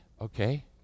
Okay